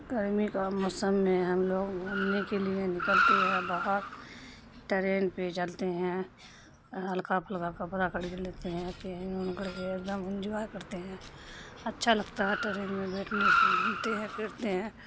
گرمی کا موسم میں ہم لوگ گھومنے کے لیے نکلتے ہیں باہر ٹرین پہ چلتے ہیں ہلکا پھلکا کپڑا لیتے ہیں پہن اون کر کے ایک دم انجوائے کرتے ہیں اچھا لگتا ہے ٹرین میں بیٹھنے سے گھومتے ہیں پھرتے ہیں